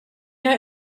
har